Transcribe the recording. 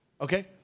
okay